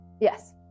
Yes